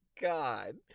God